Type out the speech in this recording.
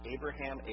Abraham